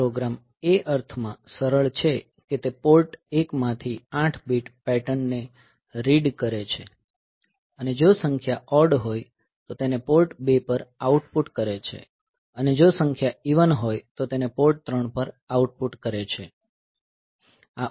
આ પ્રોગ્રામ એ અર્થમાં સરળ છે કે તે પોર્ટ 1 માંથી 8 બીટ પેટર્ન ને રીડ કરે છે અને જો સંખ્યા ઓડ હોય તો તેને પોર્ટ 2 પર આઉટપુટ કરે છે અને જો સંખ્યા ઇવન હોય તો તેને પોર્ટ 3 પર આઉટપુટ કરે છે